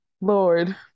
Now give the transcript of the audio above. lord